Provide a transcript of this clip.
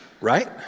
Right